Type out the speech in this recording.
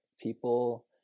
people